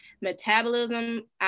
Metabolism